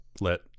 let